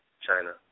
China